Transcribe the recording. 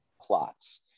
plots